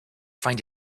find